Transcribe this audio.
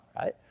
right